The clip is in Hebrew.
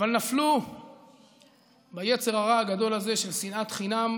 אבל נפלו ביצר הרע הגדול הזה של שנאת חינם.